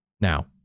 Now